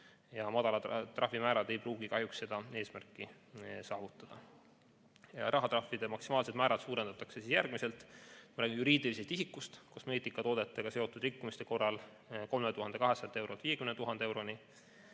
Madalad trahvimäärad ei pruugi kahjuks seda eesmärki saavutada. Rahatrahvide maksimaalseid määrasid suurendatakse järgmiselt. Ma räägin juriidilisest isikust: kosmeetikatoodetega seotud rikkumiste korral 3200 eurost 50 000 euroni,